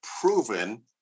proven